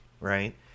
right